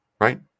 right